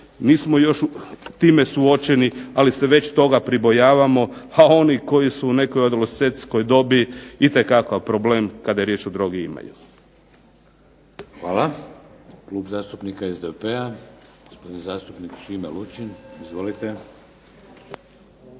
nismo još s time suočeni, ali se već toga pribojavamo, a oni koji su u nekoj adolescentskoj dobi itekakav problem kada je riječ o drogi imaju. **Šeks, Vladimir (HDZ)** Hvala. Klub zastupnika SDP-a, gospodin zastupnik Šime Lučin. Izvolite.